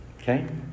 okay